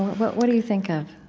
what what do you think of?